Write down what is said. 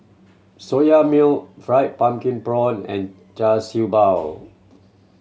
Soya Milk fried pumpkin prawn and Char Siew Bao